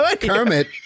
Kermit